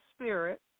spirit